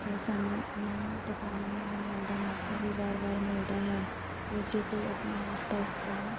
ਅਤੇ ਸਾਨੂੰ ਉਹਨਾਂ ਪਕਵਾਨਾਂ ਨੂੰ ਬਣਾਉਣ ਦਾ ਮੌਕਾ ਵੀ ਵਾਰ ਵਾਰ ਮਿਲਦਾ ਹੈ ਅਤੇ ਜੇ ਕੋਈ ਆਪਣੇ ਆਸ ਪਾਸ ਦਾ